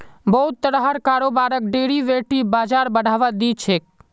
बहुत तरहर कारोबारक डेरिवेटिव बाजार बढ़ावा दी छेक